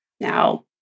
Now